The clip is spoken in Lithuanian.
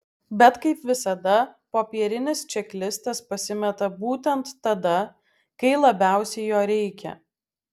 bet kaip visada popierinis čeklistas pasimeta būtent tada kai labiausiai jo reikia